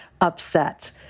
upset